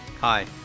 Hi